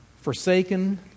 Forsaken